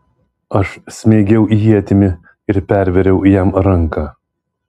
aš smeigiau ietimi ir pervėriau jam ranką